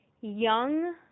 young